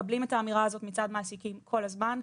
אנחנו מקבלים את האמירה הזאת מצד מעסיקים כל הזמן.